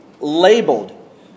labeled